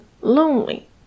lonely